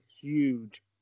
huge